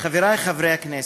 חברי חברי הכנסת,